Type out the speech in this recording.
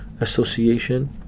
Association